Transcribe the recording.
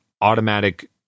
automatic